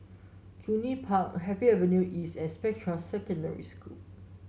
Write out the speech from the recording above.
Cluny Park Happy Avenue East and Spectra Secondary School